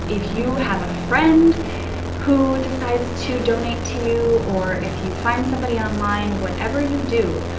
if you have a friend who decides to donate to you, or if you find somebody online, whatever you do,